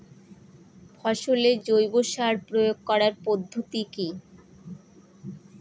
ফসলে জৈব সার প্রয়োগ করার পদ্ধতি কি?